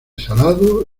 salado